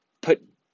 put